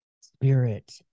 spirit